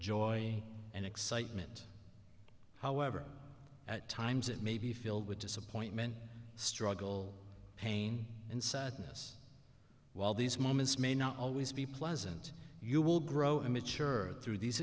joy and excitement however at times it may be filled with disappointment struggle pain and sadness while these moments may not always be pleasant you will grow amateur through these